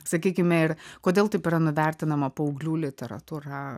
sakykime ir kodėl taip yra nuvertinama paauglių literatūra